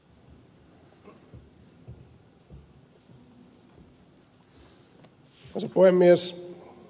arvoisa puhemies